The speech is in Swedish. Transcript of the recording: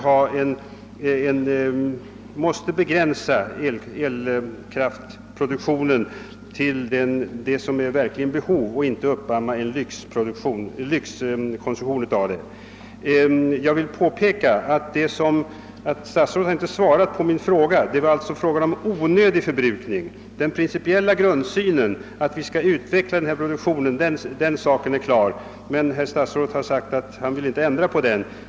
Man måste begränsa elkraftproduktionen till det verkliga behovet och inte uppamma en lyxkonsumtion. Jag vill påpeka att statsrådet inte har svarat på min fråga — den gällde alltså onödig förbrukning. Den principiella grundsynen, att vi skall utveckla produktionen, är klar och statsrådet har sagt att han inte vill ändra på den.